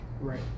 Right